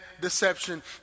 deception